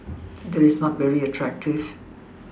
that is not very attractive